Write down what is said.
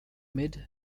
mid